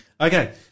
Okay